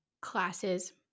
classes